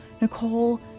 Nicole